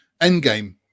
Endgame